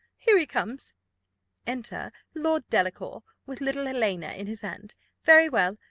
here he comes enter lord delacour, with little helena in his hand very well!